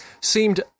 seemed